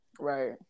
right